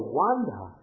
wonder